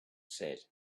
said